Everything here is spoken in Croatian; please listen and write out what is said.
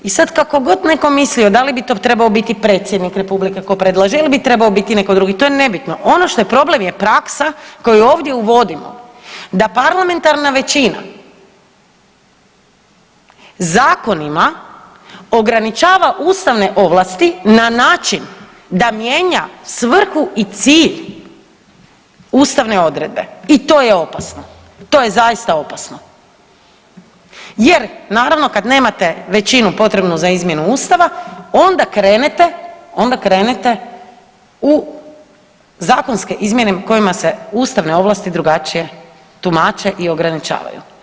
I sad kako god netko mislio da li bi to trebao biti predsjednik republike tko predlaže ili bi trebao biti netko drugi, ono što je problem je praksa koju ovdje uvodimo da parlamentarna većina zakonima ograničava ustavne ovlasti na način da mijenja svrhu i cilj ustavne odredbe i to je opasno, to je zaista opasno jer naravno kad nemate većinu potrebnu za izmjenu ustava onda krenete, onda krenete u zakonske izmjene kojima se ustavne ovlasti drugačije tumače i ograničavaju.